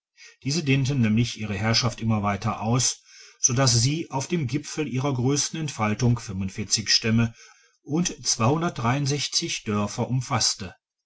diese dehnten nämlich ihre herrschaft immer weiter aus so dass sie auf dem gipfel ihrer grössten entfaltung stämme und dörfer umfasste